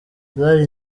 zari